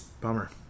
Bummer